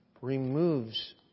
removes